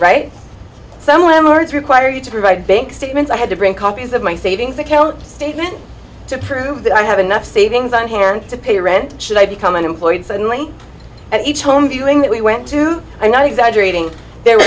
right some landlords require you to provide bank statements i had to bring copies of my savings account statement to prove that i have enough savings on hand to pay rent should i become unemployed suddenly and each home viewing that we went to i'm not exaggerating there